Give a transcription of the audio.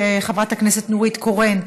חברת הכנסת נורית קורן,